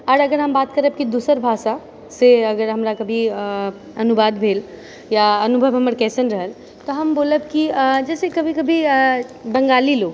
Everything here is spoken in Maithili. आर अगर हम बात करब कि दोसर भाषा से अगर हमरा कभी अनुवाद भेल या अनुभव हमर कइसन रहल तऽ हम बोलब कि जैसे कभी कभी बंगाली लोग